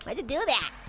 why does it do that?